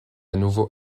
nouveau